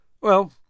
Well